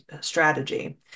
strategy